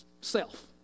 Self